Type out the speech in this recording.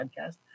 podcast